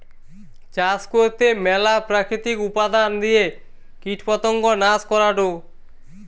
চাষ করতে ম্যালা প্রাকৃতিক উপাদান দিয়ে কীটপতঙ্গ নাশ করাঢু